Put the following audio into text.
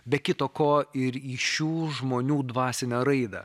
be kita ko ir į šių žmonių dvasinę raidą